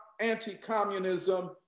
anti-communism